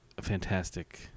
fantastic